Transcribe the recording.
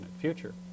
future